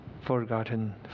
forgotten